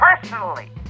personally